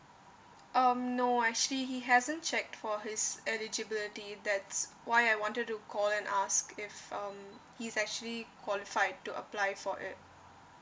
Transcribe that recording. um no actually he hasn't checked for his eligibility that's why I wanted to call and ask if um he's actually qualified to apply for it